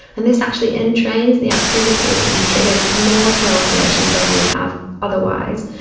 and this actually entrains the activity and triggers more slow oscillations than you would have otherwise,